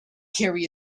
carry